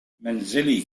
منزلي